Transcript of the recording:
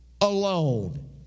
alone